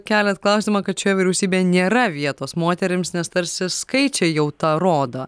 keliat klausimą kad šioj vyriausybėj nėra vietos moterims nes tarsi skaičiai jau tą rodo